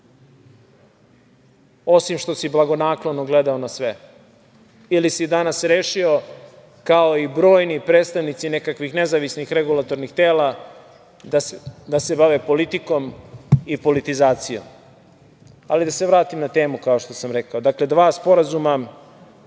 osim što si blagonaklono gledao na sve ili si danas rešio, kao i brojni predstavnici nekakvih nezavisnih regulatornih tela da se bave politikom i politizacijom? Da se vratim na temu, kao što sam rekao. Dakle, dva sporazuma